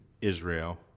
Israel